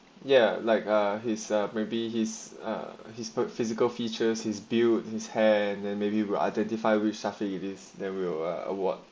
ya like uh his uh maybe his uh his physical features is built his hair then maybe will identify with subsidiaries there will a award